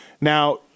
Now